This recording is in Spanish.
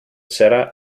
será